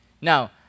Now